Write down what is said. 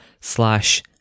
slash